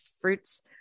fruits